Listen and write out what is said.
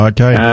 Okay